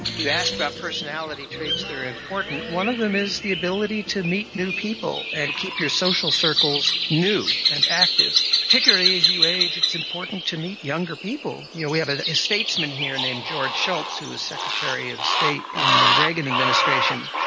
you asked about personality traits, they're important. one of them is the ability to meet new people and keep your social circles new and active. particularly as you age it's important to meet younger people. you know, we have a statesman here named george shultz who was secretary of state in the reagan administration,